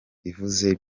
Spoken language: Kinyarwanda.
ivuze